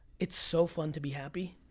it's so fun to be happy.